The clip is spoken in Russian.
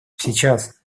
сейчас